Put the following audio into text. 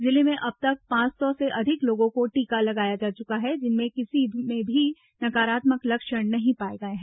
जिले में अब तक पांच सौ से अधिक लोगों को टीका लगाया जा चुका हैं जिनमें किसी में भी नकारात्मक लक्षण नहीं पाए गए हैं